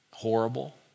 Horrible